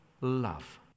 love